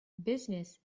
business